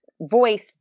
voice